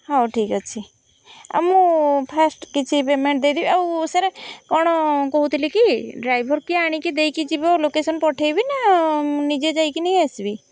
ହଉ ଠିକ୍ ଅଛି ଆଉ ମୁଁ ଫାଷ୍ଟ୍ କିଛି ପେମେଣ୍ଟ୍ ଦେଇଦେବି ଆଉ ସାର୍ କ'ଣ କହୁଥିଲି କି ଡ୍ରାଇଭର୍ କିଏ ଆଣିକି ଦେଇକି ଯିବ ଲୋକେସନ୍ ପଠାଇବି ନା ନିଜେ ଯାଇକି ନେଇି ଆସିବି